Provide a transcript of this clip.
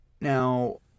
Now